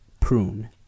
Prune